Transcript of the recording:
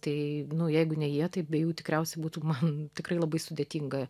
tai nu jeigu ne jie tai be jų tikriausiai būtų man tikrai labai sudėtinga